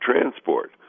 transport